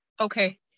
Okay